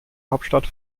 hauptstadt